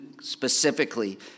specifically